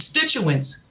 constituents